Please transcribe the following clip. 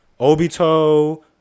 Obito